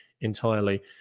entirely